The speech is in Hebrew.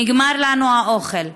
נגמר לנו האוכל.